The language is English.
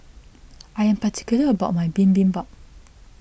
I am particular about my Bibimbap